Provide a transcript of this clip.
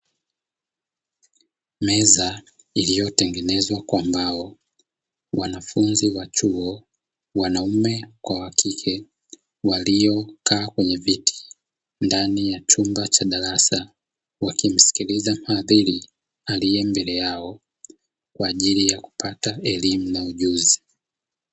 Meza iliyotengenezwa kwa mbao, wanafunzi wa chuo wanaume kwa wakike waliokaa kwenye viti ndani ya chumba cha darasa , wakimsikiliza mwadhiri alie mbele yao, kwaajili ya kupata elimu na ujuzi.